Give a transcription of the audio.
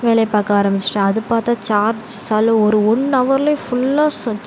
வேலையை பார்க்க ஆரமிச்சுட்டேன் அது பார்த்தா சார்ஜ் சால ஒரு ஒன் ஹவரில் ஃபுல்லாக சொச்